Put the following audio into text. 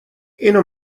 اینو